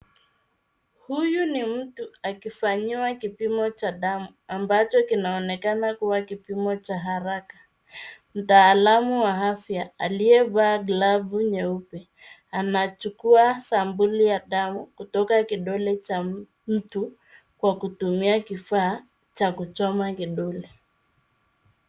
Huyu ni mtu akifanyiwa kipimo cha damu ambacho kinaonekana kuwa kipimo cha haraka . Mtaalamu wa afya aliyevaa glavu nyeupe anachukua sampuli ya damu kutoka kidole cha mtu kwa kutumia kifaa cha kuchoma kidole.